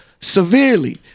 severely